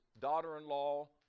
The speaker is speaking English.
daughter-in-law